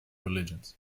religions